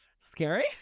Scary